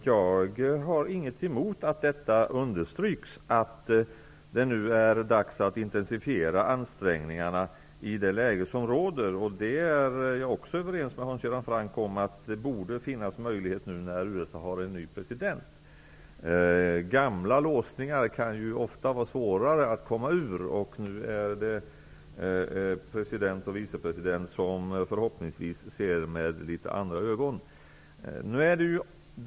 Jag har inget emot att det understryks att det är dags att intensifiera ansträngningarna i det läge som råder. Jag är också överens med Hans Göran Franck om att det borde finnas möjlighet nu, när USA har en ny president. Gamla låsningar kan ju ofta vara svårare att komma ur, och nu har USA en president och en vicepresident som förhoppningsvis ser med litet andra ögon än företrädarna.